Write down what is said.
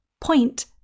point